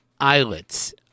islets